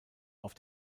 auf